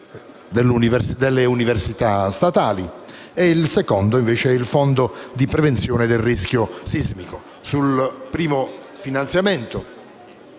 delle università statali e il secondo è il Fondo per la prevenzione del rischio sismico. Sul primo si incide